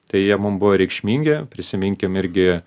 tai jie mum buvo reikšmingi prisiminkim irgi